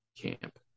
camp